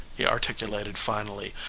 he articulated finally.